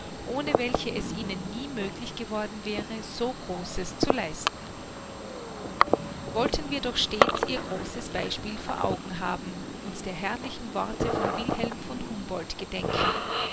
ohne welche es ihnen nie möglich geworden wäre so großes zu leisten wollten wir also doch stets ihr großes beispiel vor augen haben und der herrlichen worte von wilhelm von humboldt gedenken